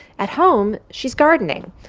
at home, she's gardening.